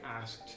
asked